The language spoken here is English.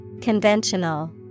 Conventional